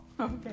okay